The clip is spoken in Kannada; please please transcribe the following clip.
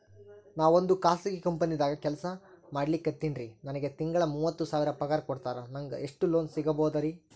ನಾವೊಂದು ಖಾಸಗಿ ಕಂಪನಿದಾಗ ಕೆಲ್ಸ ಮಾಡ್ಲಿಕತ್ತಿನ್ರಿ, ನನಗೆ ತಿಂಗಳ ಮೂವತ್ತು ಸಾವಿರ ಪಗಾರ್ ಕೊಡ್ತಾರ, ನಂಗ್ ಎಷ್ಟು ಲೋನ್ ಸಿಗಬೋದ ರಿ?